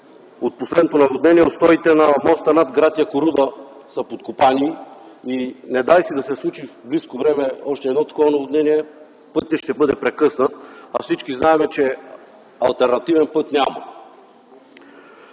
от последното наводнение устоите на моста над гр. Якоруда са подкопани и не дай се, Боже, да се случи в близко време още едно такова наводнение, пътят ще бъде прекъснат. Всички знаем, че алтернативен път няма.